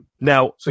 Now